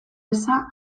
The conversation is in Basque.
eza